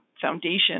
foundation